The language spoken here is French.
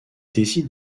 décide